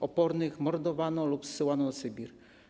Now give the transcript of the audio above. Opornych mordowano lub zsyłano na Sybir.